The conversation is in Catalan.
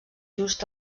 just